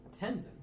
Tenzin